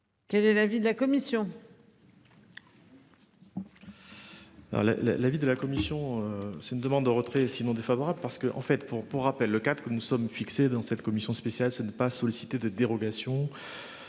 Quel est l'avis de la commission.